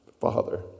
Father